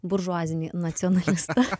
buržuazinį nacionalistą